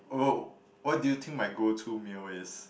oh what do you think my go to meal is